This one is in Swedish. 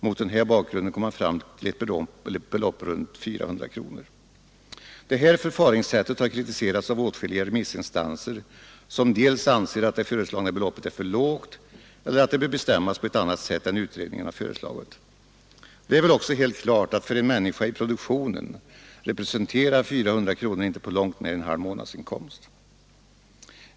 Mot den här bakgrunden kom man fram till ett belopp runt 400 kronor. Detta förfaringssätt har kritiserats av åtskilliga remissinstanser som anser att det föreslagna beloppet är för lågt eller att det bör bestämmas 73 på ett annat sätt än utredningen har föreslagit. Det är väl också helt klart att för en människa i produktionen representerar 400 kronor inte på långt när en halv månadsinkomst.